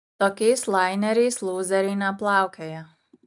tokiais laineriais lūzeriai neplaukioja